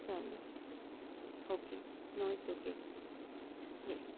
चालेल okay no it's okay yes